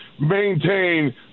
maintain